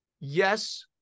yes